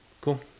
Cool